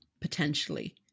potentially